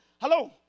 hello